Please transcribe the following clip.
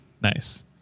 Nice